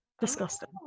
Disgusting